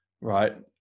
right